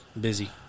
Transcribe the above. busy